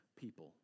people